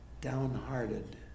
downhearted